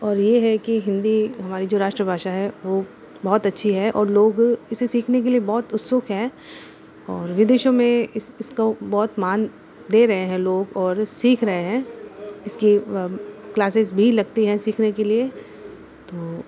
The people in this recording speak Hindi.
और ये है कि हिंदी हमारी जो राष्ट्रभाषा है वो बहुत अच्छी है और लोग इसे सीखने के लिए बहुत उत्सुक हैं और विदेशों में इसका बहुत मान दे रहे हैं लोग और सीख रहे हैं इसके क्लासेस भी लगती हैं सीखने के लिए तो